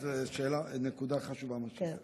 זאת באמת נקודה חשובה מה שאת אומרת.